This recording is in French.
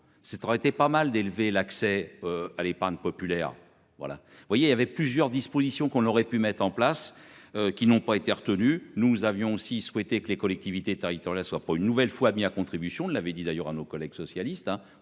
aurait été pas mal d'élever l'accès à l'épargne populaire. Voilà, vous voyez, il y avait plusieurs dispositions qu'on aurait pu mettre en place. Qui n'ont pas été retenus. Nous avions aussi souhaité que les collectivités territoriales soient pas une nouvelle fois mis à contribution ne l'avait dit d'ailleurs à nos collègues socialistes